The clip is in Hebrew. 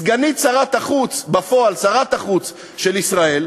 סגנית שר החוץ ובפועל שרת החוץ של ישראל,